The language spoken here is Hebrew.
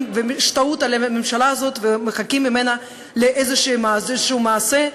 בהשתאות על הממשלה הזאת ומחכים ממנה לאיזה מעשה,